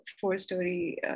four-story